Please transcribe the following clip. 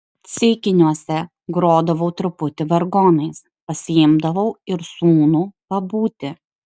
ceikiniuose grodavau truputį vargonais pasiimdavau ir sūnų pabūti